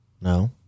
No